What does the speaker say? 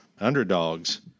underdogs